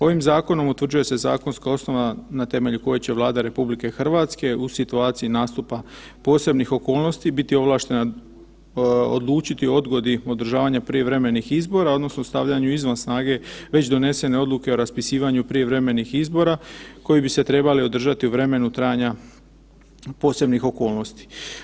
Ovim zakonom utvrđuje se zakonska osnova na temelju koje će Vlada RH u situaciji nastupa posebnih okolnosti biti ovlaštena odlučiti o odgodi održavanja prijevremenih izbora odnosno stavljanju izvan snage već donesene odluke o raspisivanju prijevremenih izbora koji bi se trebali održati u vremenu trajanja posebnih okolnosti.